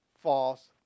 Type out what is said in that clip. false